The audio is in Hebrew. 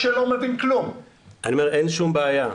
אני אומר, אין שום בעיה.